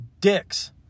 dicks